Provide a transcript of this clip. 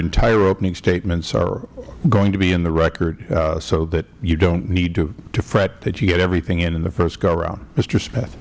entire opening statements are going to be in the record so that you do not need to fret that you get everything in in the first go round mister smith